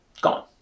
gone